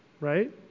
right